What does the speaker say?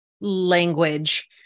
language